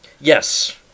Yes